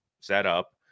setup